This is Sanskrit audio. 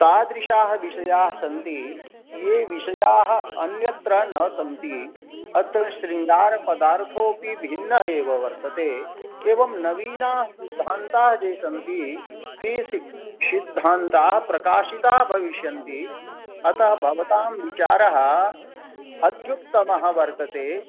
तादृशाः विषयाः सन्ति ये विषयाः अन्यत्र न सन्ति अत्र शृङ्गारपदार्थोऽपि भिन्नः एव वर्तते एवं नवीनाः सिद्धान्ताः ये सन्ति ते सिद्धान्ताः प्रकाशिताः भविष्यन्ति अतः भवतां विचारः अत्युत्तमः वर्तते